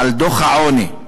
על דוח העוני,